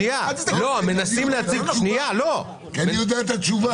אני יודע את התשובה.